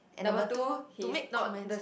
and number two to make comments